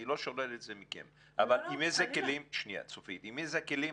אני לא שולל את זה מכם אבל עם אילו כלים --- לא,